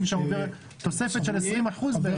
תוספת של 20% בערך.